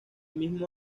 mismo